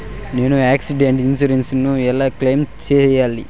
నేను accidental insurance ను ఎలా క్లెయిమ్ సేయాలి?